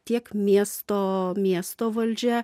tiek miesto miesto valdžia